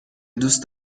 دوست